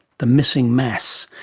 the missing mass.